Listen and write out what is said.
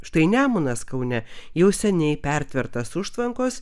štai nemunas kaune jau seniai pertvertas užtvankos